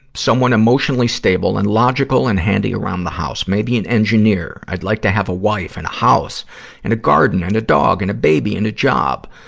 someone emotionally stable and logical and handy around the house. maybe an engineer. i'd like to have a wife and a house and a garden and a dog and a baby and a job